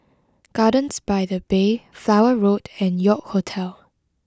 gardens by the Bay Flower Road and York Hotel